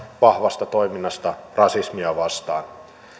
vahvasta toiminnasta rasismia vastaan